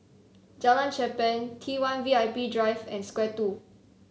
Jalan Cherpen T one VIP Drive and Square Two